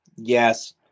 Yes